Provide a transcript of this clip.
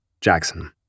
Jackson